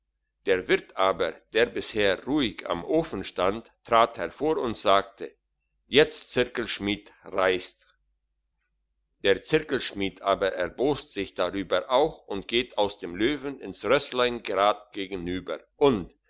der wirt aber der bisher ruhig am ofen stand trat hervor und sagte jetzt zirkelschmied reist der zirkelschmied aber erbost sich darüber auch und geht aus dem löwen ins rösslein gerad gegenüber und